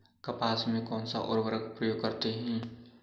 कपास में कौनसा उर्वरक प्रयोग करते हैं?